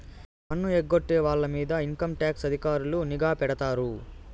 పన్ను ఎగ్గొట్టే వాళ్ళ మీద ఇన్కంటాక్స్ అధికారులు నిఘా పెడతారు